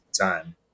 time